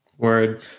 Word